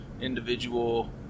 individual